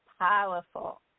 powerful